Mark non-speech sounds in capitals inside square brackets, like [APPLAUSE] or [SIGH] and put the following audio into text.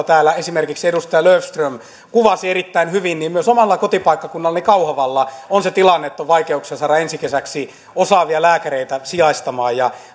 [UNINTELLIGIBLE] täällä esimerkiksi edustaja löfström kuvasi erittäin hyvin myös omalla kotipaikkakunnallani kauhavalla on se tilanne että on vaikeuksia saada ensi kesäksi osaavia lääkäreitä sijaistamaan